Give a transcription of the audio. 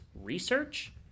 research